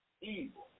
evil